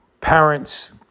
parents